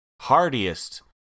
hardiest